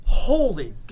Holy